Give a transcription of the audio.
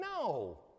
no